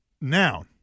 Now